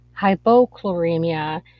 Hypochloremia